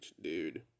dude